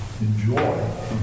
enjoy